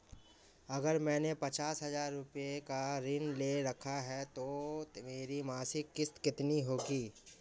अगर मैंने पचास हज़ार रूपये का ऋण ले रखा है तो मेरी मासिक किश्त कितनी होगी?